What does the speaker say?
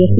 F